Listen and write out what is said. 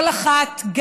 כל אחת,